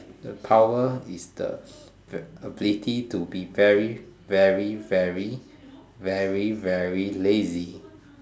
the power is the the ability to be very very very very very lazy